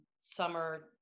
summer